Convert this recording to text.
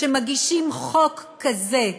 שמגישים חוק כזה,